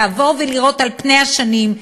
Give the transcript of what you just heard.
לעבור ולראות על-פני השנים,